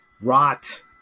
rot